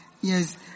Yes